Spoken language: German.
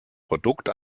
produkt